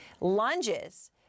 lunges